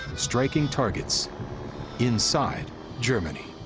striking targets inside germany.